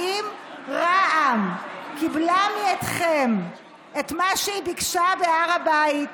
האם רע"מ קיבלה מכם את מה שהיא ביקשה בהר הבית?